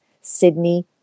Sydney